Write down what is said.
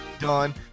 done